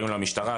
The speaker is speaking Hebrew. פנינו למשטרה,